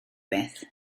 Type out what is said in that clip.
beth